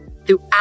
throughout